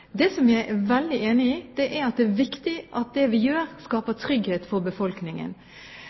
Det som jeg er helt enig i, er at det er viktig at det vi gjør, skaper trygghet for befolkningen.